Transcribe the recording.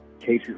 cases